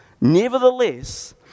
Nevertheless